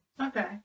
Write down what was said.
okay